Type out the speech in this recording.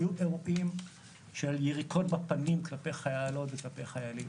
היו אירועים של יריקות בפנים כלפי חיילות וכלפי חיילים.